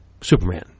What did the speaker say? Superman